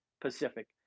Pacific